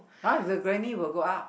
uh is the granny will go up